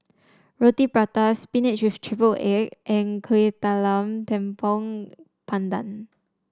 Roti Prata spinach with triple egg and Kueh Talam Tepong Pandan